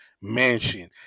mansion